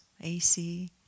AC